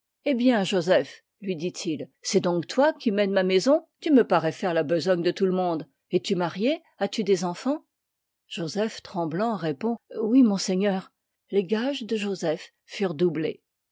ehî bien joseph lui dit-il c'est donc toi qui mènes ma maison tu me parois faire la besogne de tout le monde es-tu marié as-tu des enfans joseph tremblant répond oui monseigneur les gages de joseph furent doublés